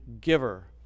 giver